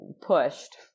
pushed